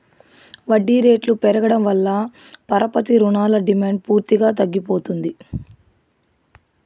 వడ్డీ రేట్లు పెరగడం వల్ల పరపతి రుణాల డిమాండ్ పూర్తిగా తగ్గిపోతుంది